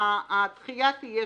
והדחייה תהיה